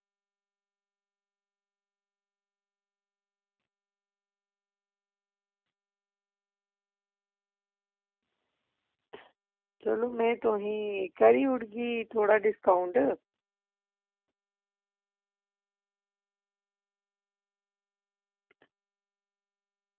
चलो में तुसेंगी करी ओड़गी थोह्ड़ा जेहा डिस्काऊंट